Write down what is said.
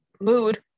mood